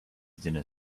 dinner